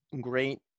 great